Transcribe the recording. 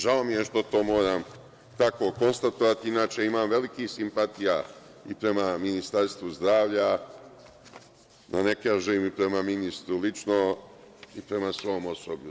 Žao mi je što to moram ovako konstatovati, inače imam velikih simpatija i prema Ministarstvu zdravlja, da ne kažem, i prema ministru lično, i prema svom osoblju.